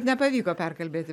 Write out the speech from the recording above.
nepavyko perkalbėti